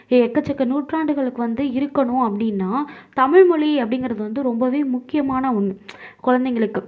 எக்கசக்க நூற்றாண்டுகளுக்கு வந்து இருக்கணும் அப்படினா தமிழ் மொழி அப்படிங்கிறது வந்து ரொம்பவே முக்கியமான ஒன்று குழந்தைங்களுக்கு